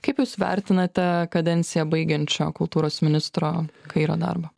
kaip jūs vertinate kadenciją baigiančio kultūros ministro kairio darbą